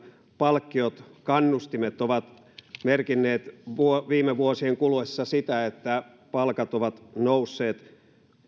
palkkiot kannustimet ovat merkinneet viime vuosien kuluessa sitä että palkat ovat nousseet